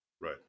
Right